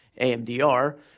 AMDR